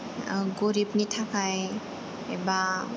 ओ गरिबनि थाखाय एबा